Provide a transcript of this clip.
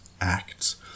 acts